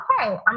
Okay